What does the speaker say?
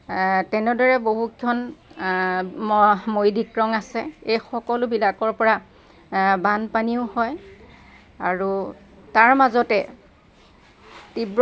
তেনেদৰে বহুকেইখন ম মৰি ডিক্ৰং আছে এই সকলোবিলাকৰ পৰা বানপানীও হয় আৰু তাৰ মাজতে